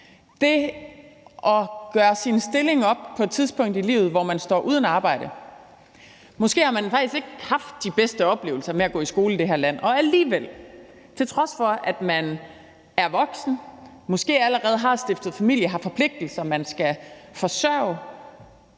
om at gøre sin stilling op på et tidspunkt i livet, hvor man står uden arbejde. Måske har man faktisk ikke haft de bedste oplevelser med at gå i skole i det her land, og alligevel har man så, til trods for at man er voksen og måske allerede har stiftet familie, man skal forsørge,